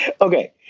Okay